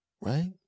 right